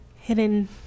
hidden